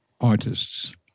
artists